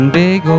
big